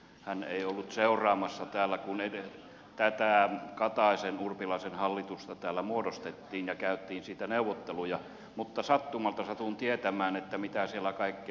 hän ei ollut seuraamassa täällä kun tätä kataisenurpilaisen hallitusta muodostettiin ja käytiin siitä neuvotteluja mutta sattumalta satun tietämään mitä siellä kaikkea tapahtui